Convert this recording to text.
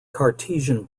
cartesian